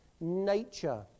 nature